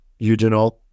eugenol